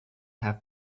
have